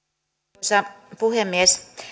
arvoisa puhemies